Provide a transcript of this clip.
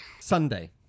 Sunday